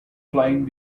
flying